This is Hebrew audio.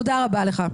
תודה רבה לך.